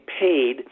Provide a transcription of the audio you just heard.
paid